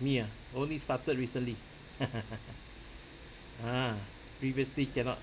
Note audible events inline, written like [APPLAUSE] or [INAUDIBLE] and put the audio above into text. me ah I only started recently [LAUGHS] ah previously cannot